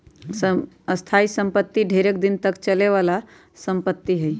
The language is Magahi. स्थाइ सम्पति ढेरेक दिन तक चले बला संपत्ति हइ